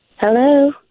Hello